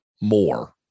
more